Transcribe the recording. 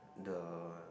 the